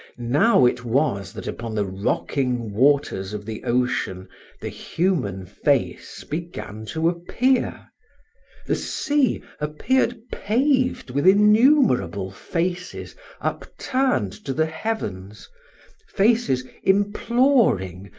now it was that upon the rocking waters of the ocean the human face began to appear the sea appeared paved with innumerable faces upturned to the heavens faces imploring,